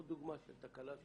עוד דוגמא של תקלה.